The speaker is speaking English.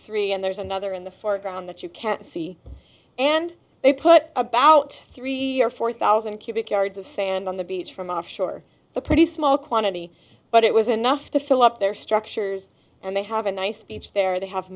three and there's another in the foreground that you can't see and they put about three or four thousand cubic yards of sand on the beach from off shore a pretty small quantity but it was enough to fill up their structures and they have a nice beach there they have